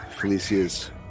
Felicia's